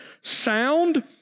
sound